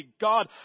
God